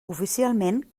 oficialment